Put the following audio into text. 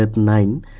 nine